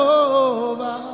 over